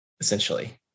Essentially